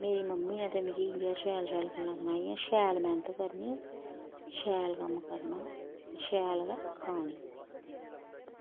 मेरी मम्मी ने ते मिगी इ'यै शैल शैल गल्लां सनाइयां शैल मैह्नत करनी शैल कम्म करना ते शैल गै खानी